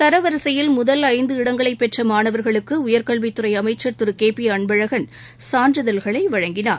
தரவரிசையில் முதல் ஐந்து இடங்களைபெற்றமாணவர்களுக்குஉயர்கல்வித் துறைஅமைச்சர் திருக்போஅன்பழகன் சான்றிதழ்களைவழங்கினார்